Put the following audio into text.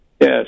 Yes